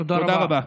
תודה רבה.